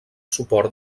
suport